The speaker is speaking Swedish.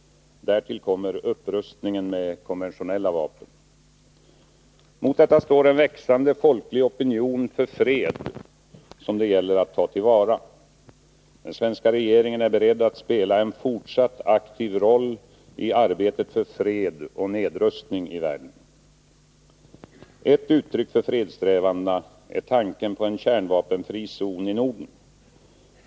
Därtill kommer upprustningen med konventionella vapen. Mot detta står en växande folklig opinion för fred, som det gäller att ta till vara. Den svenska regeringen är beredd att spela en fortsatt aktiv roll i arbetet för fred och nedrustning i världen. Ett uttryck för fredssträvandena är tanken på en kärnvapenfri zon i Norden.